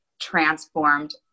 transformed